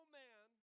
man